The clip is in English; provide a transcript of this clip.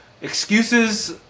excuses